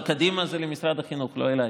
קדימה זה למשרד החינוך, לא אליי.